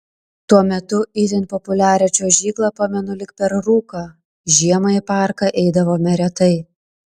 tuo metu itin populiarią čiuožyklą pamenu lyg per rūką žiemą į parką eidavome retai